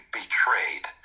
betrayed